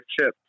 Chip